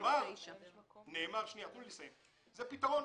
זה פתרון.